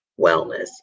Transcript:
wellness